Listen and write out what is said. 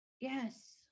yes